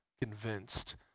convinced